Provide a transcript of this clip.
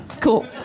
Cool